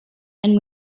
and